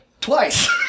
Twice